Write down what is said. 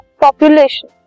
population